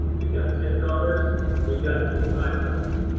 we've got ten dollars. or we've got twenty five dollars.